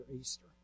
Easter